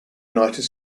united